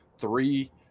three